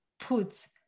puts